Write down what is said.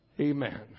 Amen